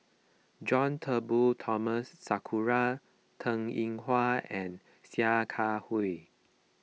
John Turnbull Thomson Sakura Teng Ying Hua and Sia Kah Hui